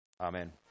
Amen